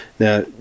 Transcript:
Now